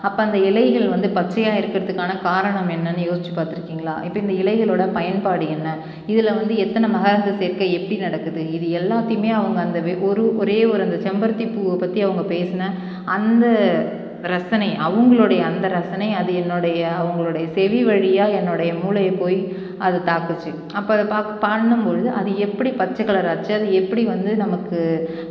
அப்போ அந்த இலைகள் வந்து பச்சையாக இருக்கிறத்துக்கான காரணம் என்னென்னு யோசித்து பார்த்துருக்கீங்களா இப்போ இந்த இலைகளோடய பயன்பாடு என்ன இதில் வந்து எத்தனை மகரந்த சேர்க்கை எப்படி நடக்குது இது எல்லாத்தையுமே அவங்க அந்த வே ஒரு ஒரே ஒரு அந்த செம்பருத்தி பூவை பற்றி அவங்க பேசின அந்த ரசனை அவங்களுடைய அந்த ரசனை அது என்னுடைய அவங்களுடைய செவி வழியாக என்னுடைய மூளையை போய் அது தாக்கிச்சு அப்போ அதை பாக் பண்ணும் பொழுது அது எப்படி பச்சை கலராக ஆச்சு அது எப்படி வந்து நமக்கு